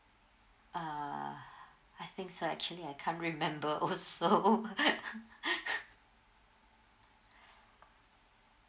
uh I think so actually I can't remember also